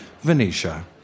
Venetia